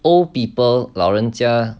old people 老人家